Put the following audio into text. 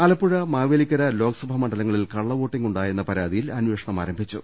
ആലപ്പുഴ മാവേലിക്കര ലോക്സഭാ മണ്ഡലങ്ങളിൽ കള്ള വോട്ടിങ്ങുണ്ടായെന്ന പരാതിയിൽ അന്വേഷണം ആരംഭിച്ചു